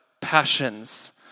passions